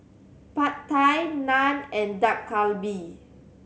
Pad Thai Naan and Dak Galbi